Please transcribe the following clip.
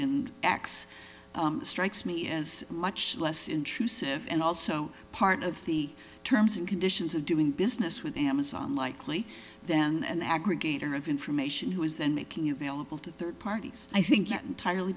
x strikes me as much less intrusive and also part of the terms and conditions of doing business with amazon likely than an aggregator of information who is then making available to third parties i think entirely